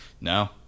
No